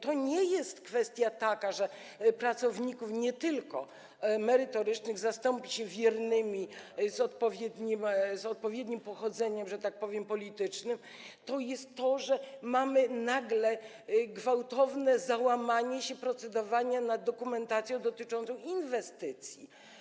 To nie jest taka kwestia, że pracowników, nie tylko merytorycznych, zastąpi się wiernymi z odpowiednim pochodzeniem, że tak powiem, politycznym, to jest to, że mamy nagle gwałtowne załamanie się procedowania nad dokumentacją dotyczącą inwestycji.